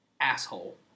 asshole